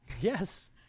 Yes